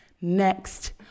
Next